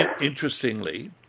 interestingly